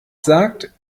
sagt